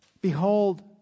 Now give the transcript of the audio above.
Behold